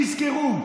תזכרו,